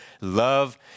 love